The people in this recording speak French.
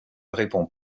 répond